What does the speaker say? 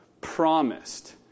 promised